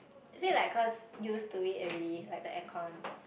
is it like cause used to it already like the aircon